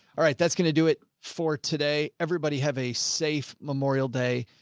alright, that's going to do it for today. everybody have a safe memorial day.